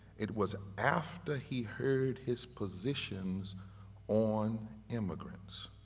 it was after he heard his positions on immigrants.